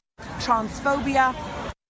transphobia